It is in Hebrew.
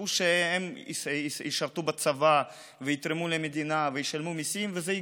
חשבו שהם ישרתו בצבא ויתרמו למדינה וישלמו מיסים וזה ייגמר,